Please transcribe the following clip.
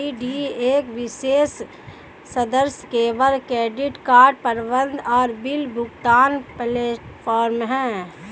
CRED एक विशेष सदस्य केवल क्रेडिट कार्ड प्रबंधन और बिल भुगतान प्लेटफ़ॉर्म है